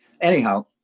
anyhow